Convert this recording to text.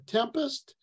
tempest